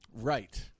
Right